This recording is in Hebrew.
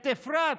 את אפרת,